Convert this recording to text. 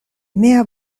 mia